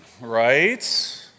Right